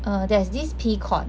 err there's this peacock